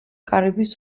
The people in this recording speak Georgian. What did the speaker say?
კარიბის